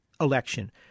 election